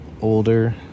older